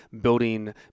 building